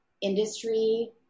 industry